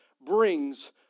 brings